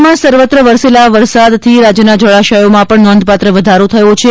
રાજ્યમાં સર્વત્ર વરસેલા વરસાદથી રાજ્યના જળાશયોમાં પણ નોંધપાત્ર વધારો થયો છે